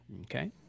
Okay